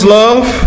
love